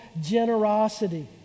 generosity